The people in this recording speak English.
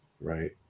right